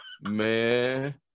Man